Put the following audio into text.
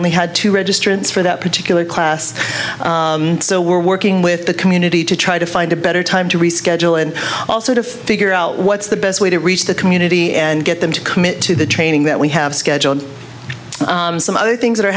only had two registrants for that particular class so we're working with the community to try to find a better time to reschedule and also to figure out what's the best way to reach the community and get them to commit to the training that we have scheduled some other things that are